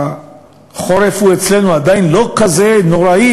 החורף אצלנו עדיין לא כזה נוראי,